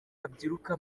babyiruka